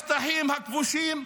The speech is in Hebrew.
בשטחים הכבושים,